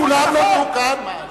לא כולם נולדו כאן.